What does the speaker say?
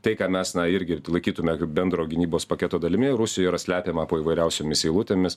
tai ką mes na irgi laikytume bendro gynybos paketo dalimi rusijoje yra slepiama po įvairiausiomis eilutėmis